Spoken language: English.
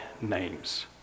names